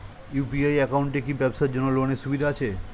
UPI একাউন্টে কি ব্যবসার জন্য লোনের সুবিধা আছে?